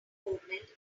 movement